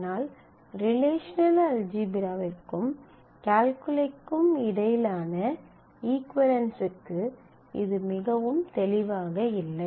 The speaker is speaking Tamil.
ஆனால் ரிலேஷனல் அல்ஜீப்ராக்கும் கால்குலிக்கும் இடையிலான இகுவளென்ஸ்க்கு இது மிகவும் தெளிவாக இல்லை